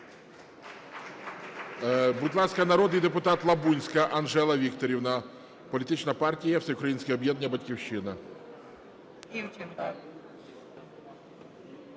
Будь ласка, народний депутат Лабунська Анжела Вікторівна, політична партія "Всеукраїнське об'єднання "Батьківщина".